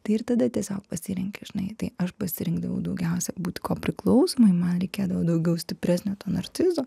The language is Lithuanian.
tai ir tada tiesiog pasirenki žinai tai aš pasirinkdavau daugiausiai būti kuo priklausomai man reikėdavo daugiau stipresnio to narcizo